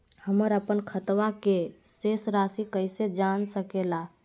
हमर अपन खाता के शेष रासि कैसे जान सके ला?